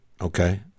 okay